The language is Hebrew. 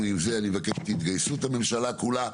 אני מבקש את התגייסות הממשלה כולה.